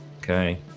Okay